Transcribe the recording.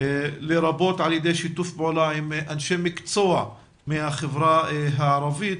לרבות על ידי שיתוף פעולה עם אנשי מקצוע מהחברה הערבית,